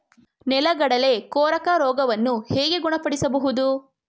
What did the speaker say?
ನೆಲಗಡಲೆ ಕೊರಕ ರೋಗವನ್ನು ಹೇಗೆ ಗುಣಪಡಿಸಬಹುದು?